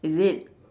is it